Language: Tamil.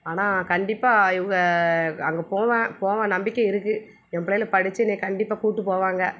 ஆனால் கண்டிப்பாக இவங்க அங்கே போவேன் போவேன் நம்பிக்கை இருக்குது என் பிள்ளைகளு படிச்சு என்னையை கண்டிப்பாக கூட்டி போவாங்க